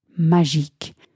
magique